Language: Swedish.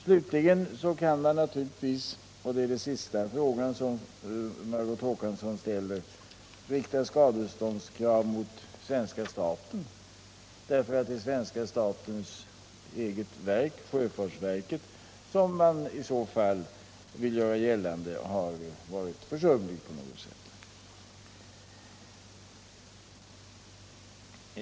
När det gäller den fråga som Margot Håkansson sist ställde kan man naturligtvis rikta skadeståndskraven mot svenska staten och göra gällande att ett svenska statens eget verk, sjöfartsverket, har varit försumligt på något sätt.